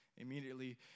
Immediately